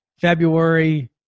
February